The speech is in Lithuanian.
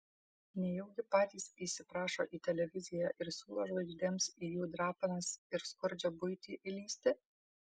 nejaugi patys įsiprašo į televiziją ir siūlo žvaigždėms į jų drapanas ir skurdžią buitį įlįsti